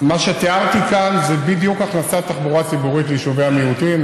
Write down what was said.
מה שתיארתי כאן זה בדיוק הכנסת תחבורה ציבורית ליישובי המיעוטים,